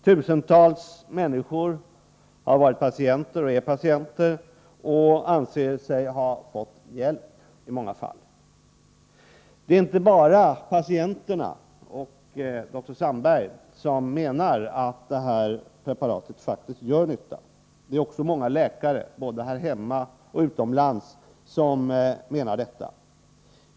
Tusentals människor har varit och är patienter och anser sig i många fall ha fått hjälp. Det är inte bara patienterna och dr Sandberg som menar att detta preparat faktiskt gör nytta. Det är också många läkare, både här hemma och utomlands, som menar detta.